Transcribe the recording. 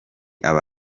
aba